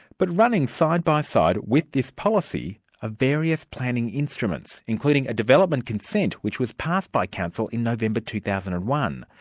but running side by side with this policy are ah various planning instruments, including a development consent which was passed by council in november two thousand and one.